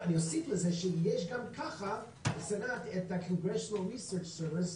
אני אוסיף לזה שיש גם ככה בסנאט את ה Congressional Research Service,